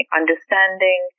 understanding